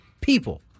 people